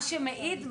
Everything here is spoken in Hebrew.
מה שמעיד,